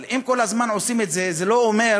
אבל אם כל הזמן עושים את זה, זה לא אומר